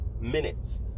minutes